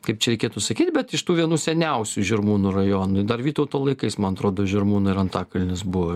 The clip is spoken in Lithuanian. kaip čia reikėtų sakyt bet iš tų vienų seniausių žirmūnų rajonų dar vytauto laikais man atrodo žirmūnų ir antakalnis buvo